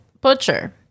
Butcher